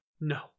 No